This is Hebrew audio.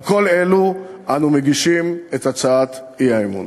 על כל אלו אנו מגישים את הצעת האי-אמון.